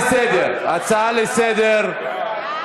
הצעה לסדר-היום.